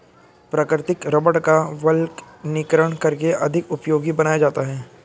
प्राकृतिक रबड़ का वल्कनीकरण करके अधिक उपयोगी बनाया जाता है